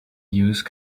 use